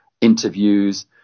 interviews